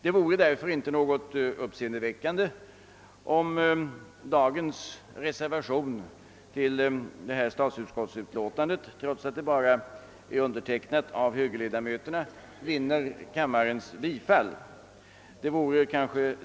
Det vore därför inte något uppseende väckande om dagens reservation till stasutskottets utlåtande nr 168 skulle vinna kammarens bifall, trots att reservationen bara är undertecknad av utskottets högerledamöter.